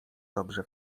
dobrze